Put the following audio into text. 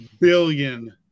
billion